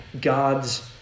God's